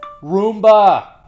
Roomba